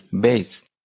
base